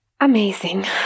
amazing